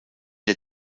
der